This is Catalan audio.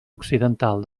occidental